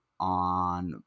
on